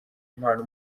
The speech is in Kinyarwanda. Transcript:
impano